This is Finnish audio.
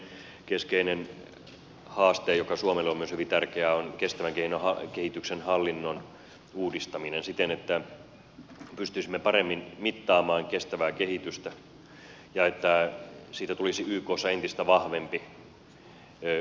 toinen keskeinen haaste joka suomelle on myös hyvin tärkeä on kestävän kehityksen hallinnon uudistaminen siten että pystyisimme paremmin mittaamaan kestävää kehitystä ja siitä tulisi ykssa entistä vahvempi osa alue